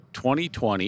2020